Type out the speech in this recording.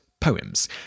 Poems